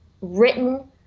written